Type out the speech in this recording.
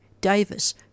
Davis